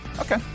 Okay